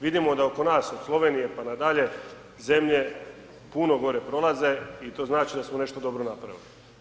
Vidimo da je oko nas od Slovenije pa na dalje zemlje puno gore prolaze i to znači da smo nešto dobro napravili.